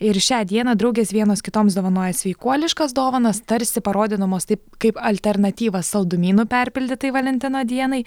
ir šią dieną draugės vienos kitoms dovanoja sveikuoliškas dovanas tarsi parodydamos taip kaip alternatyvą saldumynų perpildytai valentino dienai